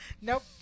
Nope